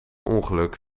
ongeluk